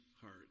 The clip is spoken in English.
heart